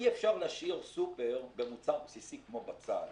אי-אפשר להשאיר סופר במוצר בסיסי כמו בצל,